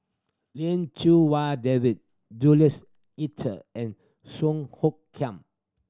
Lin Chew Wai David Jules and Song Hoot Kiam